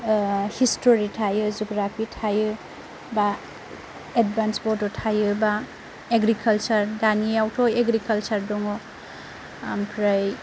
history थायो geography थायो बा एडभान्स बड' थायो बा एग्रिकालचार दानियावथ' एग्रिकालचार दङ ओमफ्राय